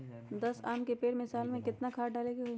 दस आम के पेड़ में साल में केतना खाद्य डाले के होई?